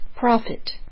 profit